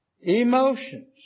emotions